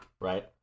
right